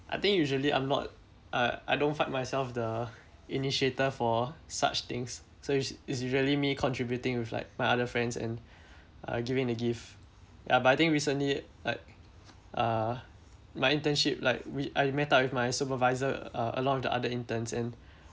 I think usually I'm not uh I don't find myself the initiator for such things so it's it's usually me contributing with like my other friends and uh giving the gift ya but I think recently like uh my internship like we I met up with my supervisor uh along with the other interns and